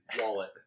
Wallet